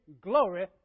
glory